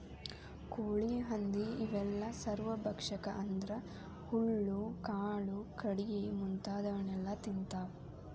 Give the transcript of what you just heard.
ಕೋಳಿ ಹಂದಿ ಇವೆಲ್ಲ ಸರ್ವಭಕ್ಷಕ ಅಂದ್ರ ಹುಲ್ಲು ಕಾಳು ಕಡಿ ಮುಂತಾದವನ್ನೆಲ ತಿಂತಾವ